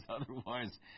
otherwise